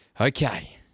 Okay